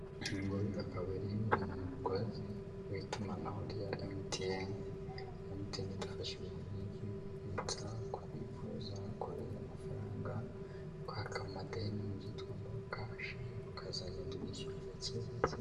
Uyu nguyu akaba ari umukozi w'itumanaho rya Emutiyeni. Emutiyeni idufasha ibintu byinshi, kubitsa kubikuza, kohereza amafaranga, kwaka amadeni ibyitwa mokashi, ukazagenda wishyura gake gake...